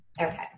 Okay